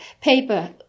paper